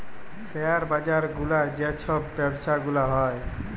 share বাজার গুলার যে ছব ব্যবছা গুলা হ্যয়